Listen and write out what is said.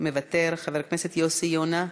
מוותר, חבר הכנסת יוסי יונה,